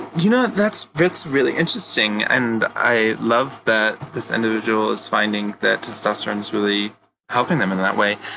you know, that's really really interesting. and i love that this individual is finding that testosterone is really helping them in that way.